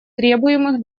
требуемых